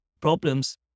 problems